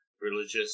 Religious